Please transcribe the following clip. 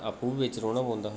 आपूं बी बिच रौह्ना पौंदा हा